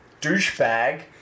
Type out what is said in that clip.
douchebag